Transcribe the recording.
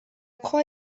croix